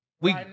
we-